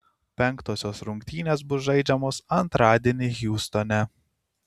penktosios rungtynės bus žaidžiamos antradienį hjustone